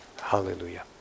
Hallelujah